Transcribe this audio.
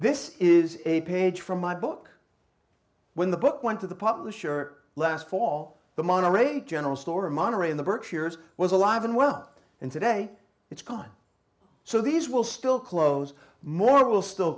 this is a page from my book when the book went to the publisher last fall the monterey general store of monterey in the berkshires was alive and well and today it's gone so these will still close more will still